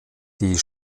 die